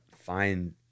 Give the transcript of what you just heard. find